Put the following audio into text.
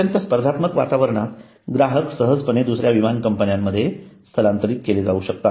अत्यंत स्पर्धात्मक वातावरणात ग्राहक सहजपणे दुसऱ्या विमान कंपन्यांमध्ये स्थलांतरित केले जावू शकतात